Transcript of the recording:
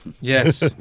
Yes